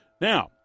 Now